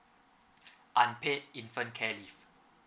unpaid infant care leave